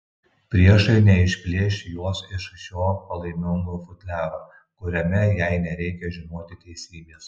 priešai neišplėš jos iš šio palaimingo futliaro kuriame jai nereikia žinoti teisybės